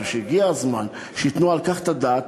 אני חושב שהגיע הזמן שייתנו על כך את הדעת,